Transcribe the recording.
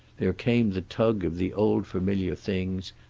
there came the tug of the old familiar things,